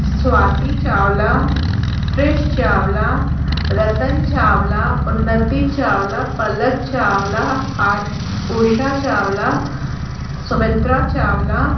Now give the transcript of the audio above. स्वाति चावला कृष चावला रतन चावला उन्नति चावला पलक चावला आर उषा चावला सुमित्रा चावला